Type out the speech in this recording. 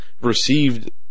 received